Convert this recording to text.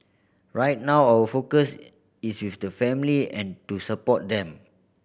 right now our focus is with the family and to support them